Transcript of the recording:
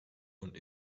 und